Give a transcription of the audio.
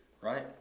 right